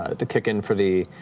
ah kick in for the